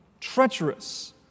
treacherous